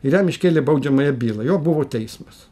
ir jam iškėlė baudžiamąją bylą jo buvo teismas